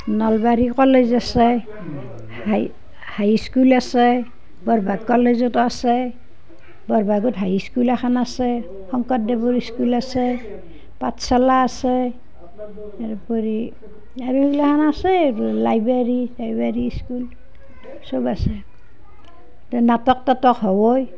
Nalbari college আছে high high school আছে কলেজতো আছে হাইস্কুল এখন আছে শংকৰদেৱৰ স্কুল এখন আছে পাঠশালা আছে তাৰোপৰি আৰু এইগিলাখন আছে লাইব্ৰেৰী লাইব্ৰেৰী স্কুল সব আছে নাটক টাটক হ'ব